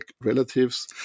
relatives